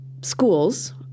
schools